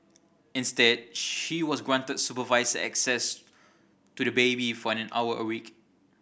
instead she was granted supervised access to the baby for an hour a week